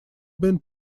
been